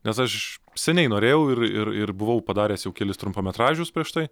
nes aš seniai norėjau ir ir ir buvau padaręs jau kelis trumpametražius prieš tai